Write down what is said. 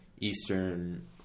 Eastern